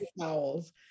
towels